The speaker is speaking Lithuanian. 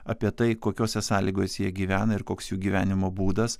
apie tai kokiose sąlygose jie gyvena ir koks jų gyvenimo būdas